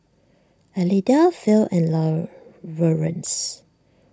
Elida Phil and Lawerence